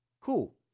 cool